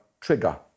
trigger